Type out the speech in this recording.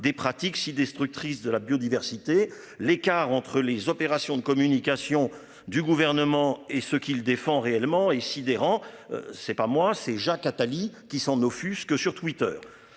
des pratiques si destructrice de la biodiversité, l'écart entre les opérations de communication du gouvernement et ce qu'il défend réellement est sidérant. C'est pas moi c'est Jacques Attali qui s'en offusquent sur Twitter.